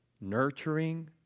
nurturing